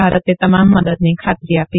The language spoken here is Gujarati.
ભારતે તમામ મદદની ખાતરી આપી